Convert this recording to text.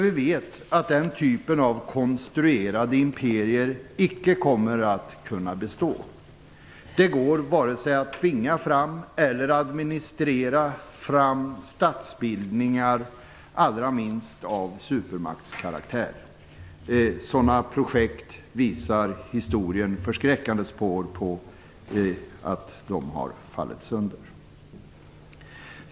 Vi vet att den typen av konstruerade imperier icke kommer att kunna bestå. Det går varken att tvinga fram eller att administrera fram statsbildningar, allra minst av supermaktskaraktär. I historien finns förskräckande exempel på att sådana projekt har fallit sönder.